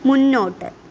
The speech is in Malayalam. മുന്നോട്ട്